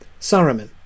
Saruman